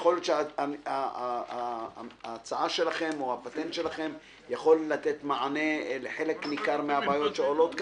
ייתכן שהפטנט שלכם יכול לתת מענה לחלק ניכר מן הבעיות שעולות כאן,